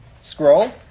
scroll